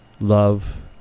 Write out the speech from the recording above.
love